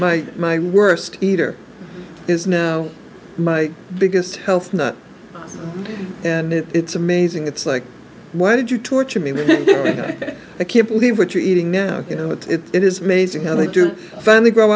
my my worst eater is now my biggest health nut and it's amazing it's like why did you torture me with a can't believe what you're eating you know but it is amazing how they do finally grow